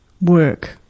work